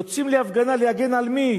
יוצאים להפגנה, להגן על מי?